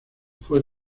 fue